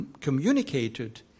communicated